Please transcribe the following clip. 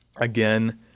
Again